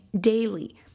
daily